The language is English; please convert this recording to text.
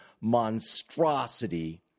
monstrosity